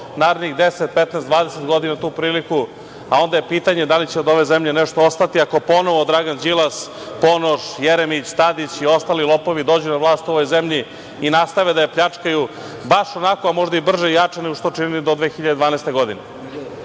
narednih 10, 15, 20 godina tu priliku, a onda je pitanje da li će od ove zemlje nešto ostati ako ponovo Dragan Đilas, Ponoš, Jeremić, Tadić i ostali lopovi dođu na vlast u ovoj zemlji i nastave da je pljačkaju baš onako, a možda brže i jače nego što su to činili do 2012. godine. Dosta